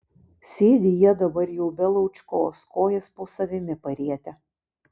sėdi jie dabar jau be laučkos kojas po savimi parietę